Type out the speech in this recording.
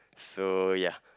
so ya